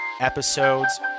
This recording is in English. episodes